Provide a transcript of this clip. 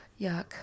Yuck